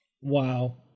Wow